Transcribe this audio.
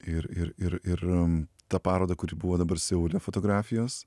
ir ir ir ir tą parodą kuri buvo dabar seule fotografijos